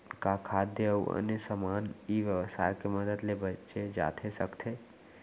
का खाद्य अऊ अन्य समान ई व्यवसाय के मदद ले बेचे जाथे सकथे?